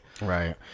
Right